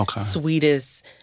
sweetest